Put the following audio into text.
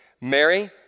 Mary